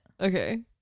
Okay